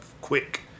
quick